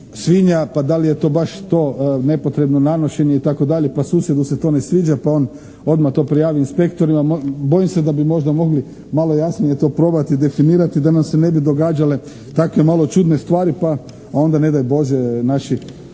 svinja pa da li je baš to nepotrebno nanošenje itd., pa susjedu se to ne sviđa pa on odmah to prijavi inspektorima. Bojim se da bi možda mogli malo jasnije to probati definirati da nam se ne bi događale takve malo čudne stvari pa onda ne daj Bože naši